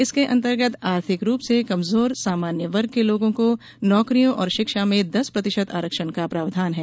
इसके अंतर्गत आर्थिक रूप से कमजोर सामान्य वर्ग के लोगों को नौकरियों और शिक्षा में दस प्रतिशत आरक्षण का प्रावधान है